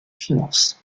finances